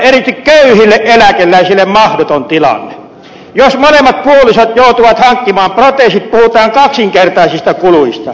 jos molemmat puolisot joutuvat hankkimaan proteesit puhutaan kaksinkertaisista kuluista